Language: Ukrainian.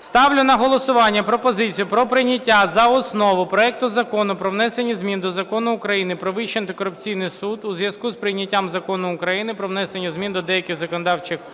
Ставлю на голосування пропозицію про прийняття за основу проекту Закону про внесення змін до Закону України "Про Вищий антикорупційний суд" у зв'язку з прийняттям Закону України "Про внесення змін до деяких законодавчих актів